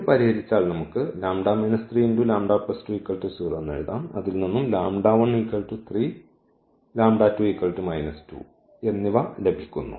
ഇത് പരിഹരിച്ചാൽ നമുക്ക് എന്നിവ ലഭിക്കുന്നു